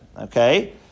okay